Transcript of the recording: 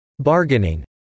Bargaining